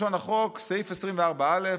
לשון החוק, סעיף 24א: